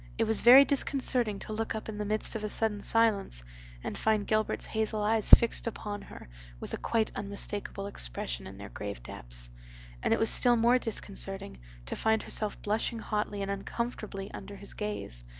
it was very disconcerting to look up in the midst of a sudden silence and find gilbert's hazel eyes fixed upon her with a quite unmistakable expression in their grave depths and it was still more disconcerting to find herself blushing hotly and uncomfortably under his gaze,